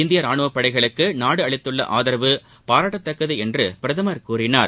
இந்திய ராணுவப்படைகளுக்கு நாடு அளித்த ஆதரவு பாராட்டத்தக்கது என்று பிரதமர் கூறினார்